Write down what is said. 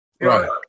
Right